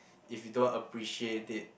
if you don't appreciate it